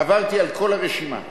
עברתי על כל הרשימה,